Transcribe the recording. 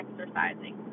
exercising